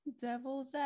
devil's